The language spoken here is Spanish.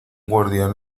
guardián